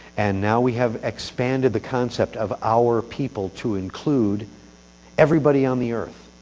and now, we have expanded the concept of our people to include everybody on the earth.